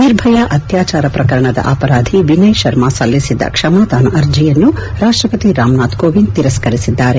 ನಿರ್ಭಯಾ ಅತ್ಯಾಚಾರ ಪ್ರಕರಣದ ಅಪರಾಧಿ ಎನಯ್ ಶರ್ಮಾ ಸಲ್ಲಿಸಿದ್ದ ಕ್ಷಮಾದಾನ ಅರ್ಜೆಯನ್ನು ರಾಷ್ಷಪತಿ ರಾಮನಾಥ್ ಕೋವಿಂದ್ ತಿರಸ್ತರಿಸಿದ್ದಾರೆ